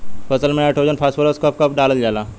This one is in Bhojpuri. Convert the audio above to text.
फसल में नाइट्रोजन फास्फोरस कब कब डालल जाला?